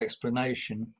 explanation